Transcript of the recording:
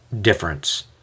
difference